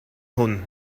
hwn